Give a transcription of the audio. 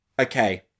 okay